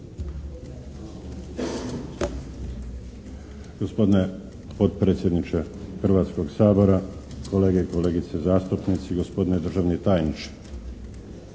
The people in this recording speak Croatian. Hvala